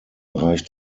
reicht